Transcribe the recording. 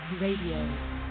Radio